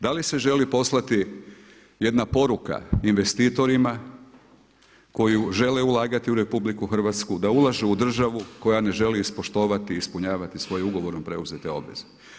Da li se želi poslati jedna poruka investitorima koji žele ulagati u RH, da ulaže u državu koja ne želi ispoštovati, ispunjavati svoje ugovorom preuzete obveze?